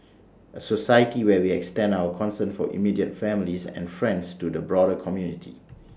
A society where we extend our concern for immediate families and friends to the broader community